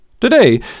Today